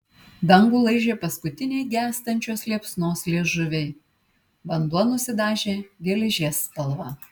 dangų laižė paskutiniai gęstančios liepsnos liežuviai vanduo nusidažė geležies spalva